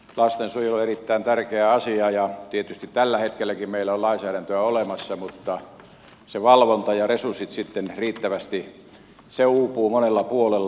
lastensuojelu on erittäin tärkeä asia ja tietysti tällä hetkelläkin meillä on lainsäädäntöä olemassa mutta se riittävä valvonta ja resurssit sitten uupuvat monella puolella